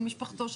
של משפחתו,